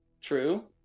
True